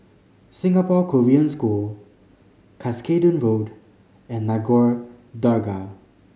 Singapore Korean School Cuscaden Road and Nagore Dargah